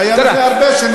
זה היה לפני הרבה שנים,